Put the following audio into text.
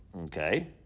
Okay